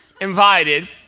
invited